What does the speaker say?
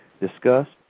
discussed